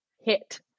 hit